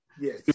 Yes